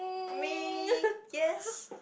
me yes